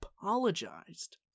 apologized